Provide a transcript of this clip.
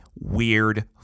weird